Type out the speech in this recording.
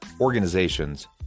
organizations